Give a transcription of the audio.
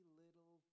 little